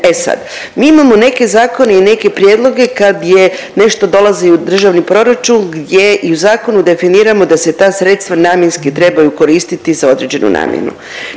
E sad, mi imamo neke zakone i neke prijedloge kad je, nešto dolazi u državni proračun gdje i u zakonu definiramo da se ta sredstva namjenski trebaju koristiti za određenu namjenu.